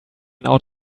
out